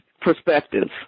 perspectives